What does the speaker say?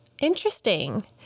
Interesting